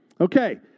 Okay